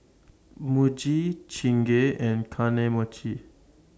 Muji Chingay and Kane Mochi